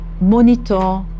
monitor